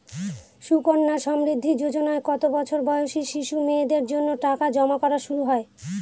সুকন্যা সমৃদ্ধি যোজনায় কত বছর বয়সী শিশু মেয়েদের জন্য টাকা জমা করা শুরু হয়?